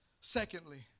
secondly